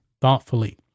thoughtfully